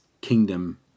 kingdom